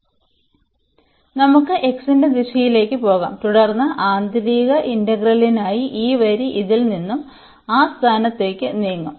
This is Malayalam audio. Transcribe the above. അതിനാൽ നമുക്ക് x ന്റെ ദിശയിലേക്ക് പോകാം തുടർന്ന് ആന്തരിക ഇന്റഗ്രലിനായി ഈ വരി ഇതിൽ നിന്ന് ആ സ്ഥാനത്തേക്ക് നീങ്ങും